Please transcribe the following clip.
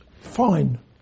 fine